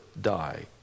die